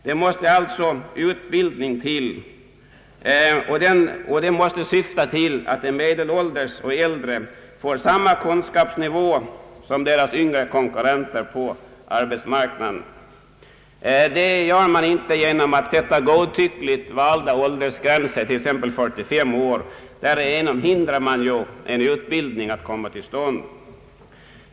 Det måste alltså utbildning till, och den måste syfta till att de medelålders och äldre får samma kunskapsnivå som deras yngre konkurrenter på arbetsmarknaden. Detta åstadkommer man inte genom att sätta godtyckligt valda åldersgränser, t.ex. 45 år — därigenom hindrar man ju en utbildning från att komma till stånd.